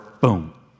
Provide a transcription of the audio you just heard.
boom